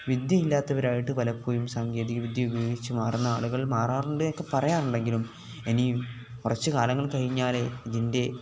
വിദ്യ ഇല്ലാത്തവരായിട്ട് വല്ലപ്പോഴും സാങ്കേതിക വിദ്യ ഉപയോഗിച്ച് മാറുന്ന ആളുകൾ മാറാറുണ്ട് ഒക്കെ പറയാറുണ്ടെങ്കിലും ഇനിയും കുറച്ച് കാലങ്ങൾ കഴിഞ്ഞാൽ ഇതിൻ്റെ